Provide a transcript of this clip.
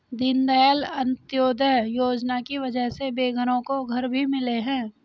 दीनदयाल अंत्योदय योजना की वजह से बेघरों को घर भी मिले हैं